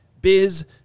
biz